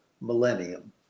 Millennium